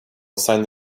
signed